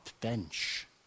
bench